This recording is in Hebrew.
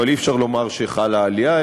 אבל אי-אפשר לומר שחלה עלייה,